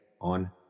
on